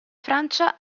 francia